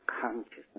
consciousness